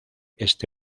este